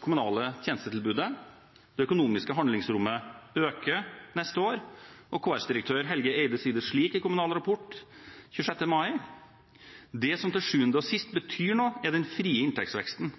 kommunale tjenestetilbudet. Det økonomiske handlingsrommet øker neste år, og områdedirektør Helge Eide i KS sier det slik i Kommunal Rapport 26. mai: «Det som til sjuende og sist betyr noe er den frie inntekstveksten.